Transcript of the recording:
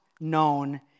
known